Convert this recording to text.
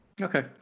okay